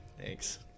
Thanks